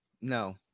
no